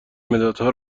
مدادها